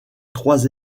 trois